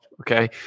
Okay